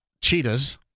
Cheetah's